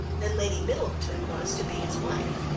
than lady middleton was to be his wife,